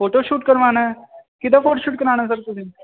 photoshoot ਕਰਵਾਉਣਾ ਕਿਹਦਾ photoshoot ਕਰਵਾਉਣਾ ਸਰ ਤੁਸੀਂ